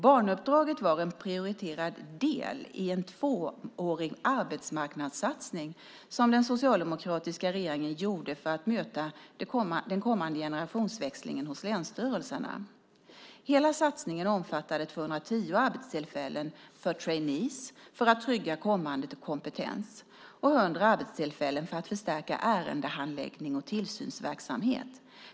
Barnuppdraget var en prioriterad del i en tvåårig arbetsmarknadssatsning som den socialdemokratiska regeringen gjorde för att möta den kommande generationsväxlingen vid länsstyrelserna. Hela satsningen omfattade 210 arbetstillfällen för traineer för att trygga kommande kompetens och 100 arbetstillfällen för att förstärka ärendehandläggning och tillsynsverksamhet.